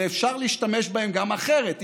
הרי אפשר להשתמש בהם גם אחרת,